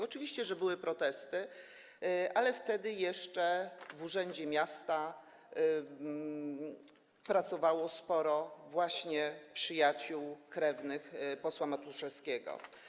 Oczywiście, że były protesty, ale wtedy jeszcze w urzędzie miasta pracowało sporo przyjaciół, krewnych posła Matuszewskiego.